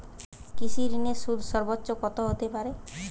কৃষিঋণের সুদ সর্বোচ্চ কত হতে পারে?